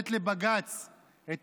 לתת לבג"ץ את